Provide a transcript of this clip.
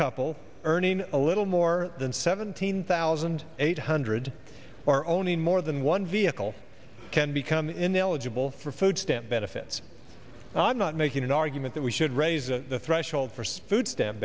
couple earning a little more than seventeen thousand eight hundred or owning more than one vehicle can become in the eligible for food stamp benefit i'm not making an argument that we should raise the threshold for sfusd stamp